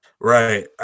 right